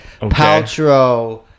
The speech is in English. Paltrow